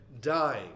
dying